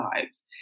lives